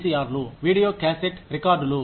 VCR లు video cassette రికార్డులు